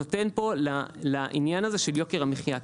נותן פה לעניין הזה של יוקר המחייה.